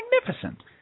magnificent